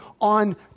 on